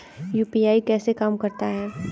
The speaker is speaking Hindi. यू.पी.आई कैसे काम करता है?